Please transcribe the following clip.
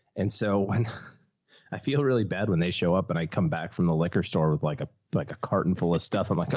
and so and i feel really bad when they show up and i come back from the liquor store with like a like a carton full of stuff. i'm like, oh,